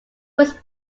was